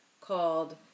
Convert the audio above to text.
called